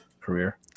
career